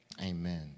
Amen